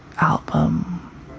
album